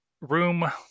room